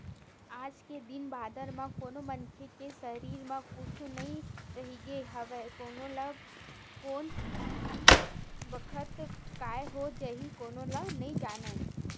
आज के दिन बादर म कोनो मनखे के सरीर म कुछु नइ रहिगे हवय कोन ल कोन बखत काय हो जाही कोनो ह नइ जानय